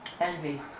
envy